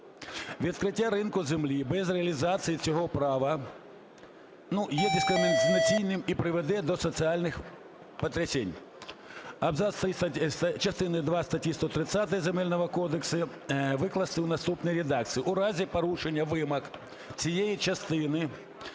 Відкриття ринку землі без реалізації цього права є дискримінаційним і приведе до соціальних потрясінь. Абзац три частини два статті 130 Земельного кодексу викласти у наступній редакції: "У разі порушення вимог цієї частини